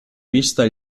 vista